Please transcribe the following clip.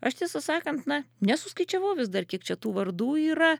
aš tiesą sakant na nesuskaičiavau vis dar kiek čia tų vardų yra